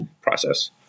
process